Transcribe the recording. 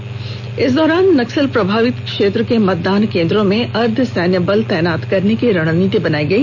बैठक में नक्सल प्रभावित क्षेत्र के मतदान केंद्रों में अर्ध सैनिक बल तैनात करने की रणनीति बनाई गई